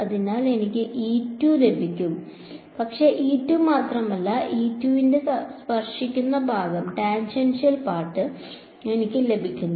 അതിനാൽ എനിക്ക് ലഭിക്കും പക്ഷേ മാത്രമല്ല ന്റെ സ്പർശിക്കുന്ന ഭാഗം എനിക്ക് ലഭിക്കുക